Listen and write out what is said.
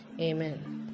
Amen